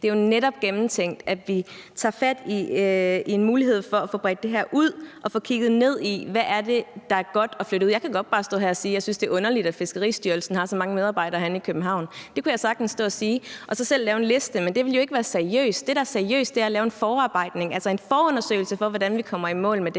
netop gennemtænkt, at vi tager fat i en mulighed for at få bredt det her ud og få kigget ned i, hvad det er, der er godt at flytte ud. Jeg kan godt bare stå her og sige, at jeg synes, det er underligt, at Fiskeristyrelsen har så mange medarbejdere her i København. Det kunne jeg sagtens stå og sige og så selv lave en liste, men det ville jo ikke være seriøst. Det, der ville være seriøst, er at lave en forundersøgelse af, hvordan vi kommer i mål med det